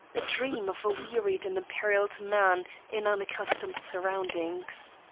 a dream of a wearied and imperilled man in unaccustomed surroundings.